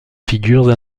figures